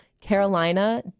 Carolina